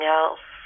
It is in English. else